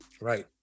Right